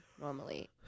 normally